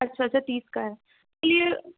اچھا اچھا تیس کا ہے چلیے